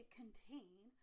contain